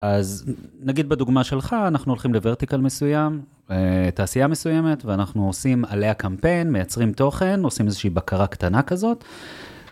אז נגיד בדוגמה שלך, אנחנו הולכים לורטיקל מסוים, תעשייה מסוימת, ואנחנו עושים עליה קמפיין, מייצרים תוכן, עושים איזושהי בקרה קטנה כזאת.